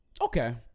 Okay